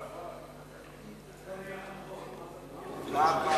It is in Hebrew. פה-אחד, בהתאם לציפיות, אושרה ההעברה,